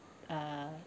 uh